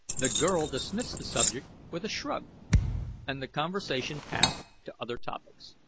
the girl dismissed the subject with a shrug and the conversation passed to other topics.